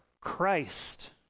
Christ